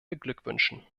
beglückwünschen